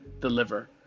deliver